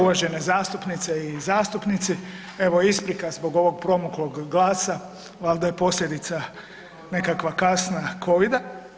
Uvažene zastupnice i zastupnici, evo isprika zbog ovog promuklog glasa valjda je posljedica nekakva kasna Covida.